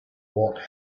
what